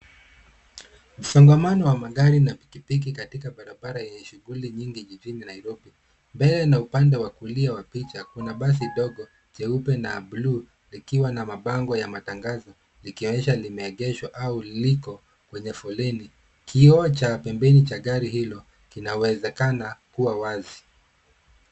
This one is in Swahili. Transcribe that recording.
Msongamano wa magari na pikipiki katika barabara ya shughuli nyingi jijini Nairobi. Mbele na upande wa kulia wa picha kuna basi dogo jeupe na buluu, likiwa na mabango ya matangazo likionyeshwa limeegeshwa au liko kwenye foleni. Kioo cha pembeni cha gari hilo kinawezekana kuwa wazi.